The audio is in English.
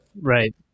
right